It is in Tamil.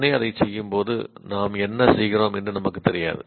உடனே அதைச் செய்யும்போது நாம் என்ன செய்கிறோம் என்று நமக்குத் தெரியாது